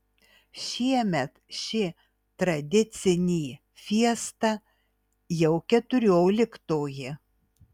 šiemet ši tradicinį fiesta jau keturioliktoji